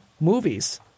movies